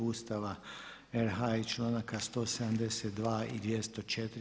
Ustava RH i članaka 172. i 204.